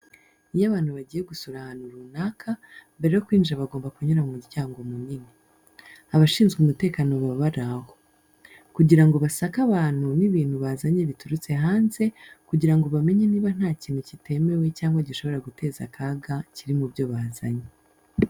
Iyo abantu bagiye gusura ahantu runaka, mbere yo kwinjira bagomba kunyura ku muryango munini. Abashinzwe umutekano baba bari aho, kugira ngo basake abantu n'ibintu bazanye biturutse hanze, kugira ngo bamenye niba nta kintu kitemewe cyangwa gishobora guteza akaga kiri mu byo bazanye.